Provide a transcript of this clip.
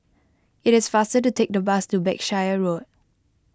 it is faster to take the bus to Berkshire Road